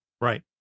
Right